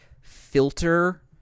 filter